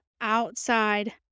outside